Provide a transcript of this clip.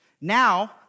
Now